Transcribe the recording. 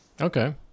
Okay